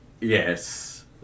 Yes